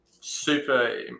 super